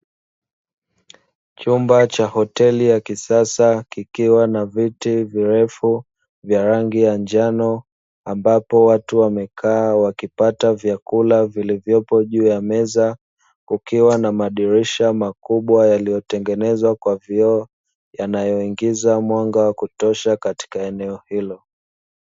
Chumba cha hoteli ya kisasa kikiwa na viti virefu vya rangi ya njano, ambapo watu wamekaa wakipata vyakula vilivyopo juu ya meza, kukiwa na madirisha makubwa yaliyotengenezwa kwa vioo yanayoingiza mwanga kutosha katika eneo hilo.